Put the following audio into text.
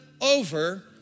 over